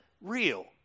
real